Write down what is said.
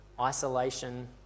isolation